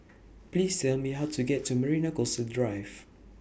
Please Tell Me How to get to Marina Coastal Drive